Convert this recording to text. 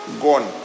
gone